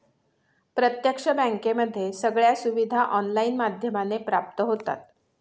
प्रत्यक्ष बँकेमध्ये सगळ्या सुविधा ऑनलाईन माध्यमाने प्राप्त होतात